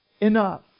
enough